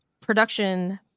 production